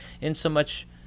insomuch